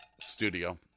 studio